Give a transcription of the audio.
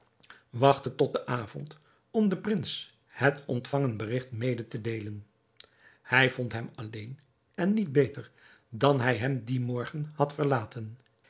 wachtte tot den avond om den prins het ontvangen berigt mede te deelen hij vond hem alleen en niet beter dan hij hem dien morgen had verlaten